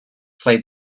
play